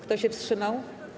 Kto się wstrzymał?